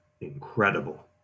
incredible